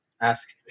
ask